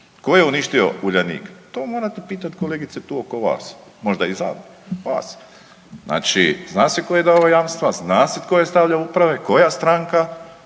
Tko je uništio Uljanik? To morate pitat kolegice tu oko vas, možda i …/Govornik se ne razumije/…vas. Znači zna se tko je dao jamstva, zna se tko je stavljao upravo, koja stranka,